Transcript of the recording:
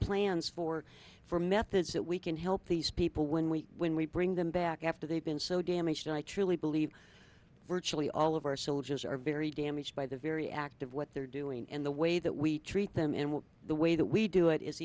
for for methods that we can help these people when we when we bring them back after they've been so damaged i truly believe virtually all of our soldiers are very damaged by the very act of what they're doing and the way that we treat them and with the way that we do it is